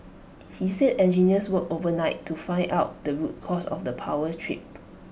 he said engineers worked overnight to find out the root cause of the power trip